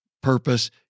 purpose